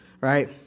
right